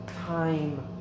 time